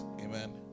amen